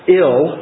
ill